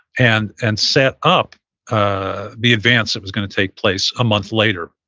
and and set up ah the advance that was going to take place a month later,